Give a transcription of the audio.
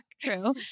True